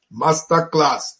Masterclass